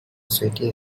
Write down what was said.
sweaty